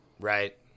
Right